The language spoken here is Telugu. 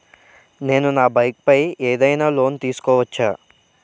నేను నా బైక్ పై ఏదైనా లోన్ తీసుకోవచ్చా?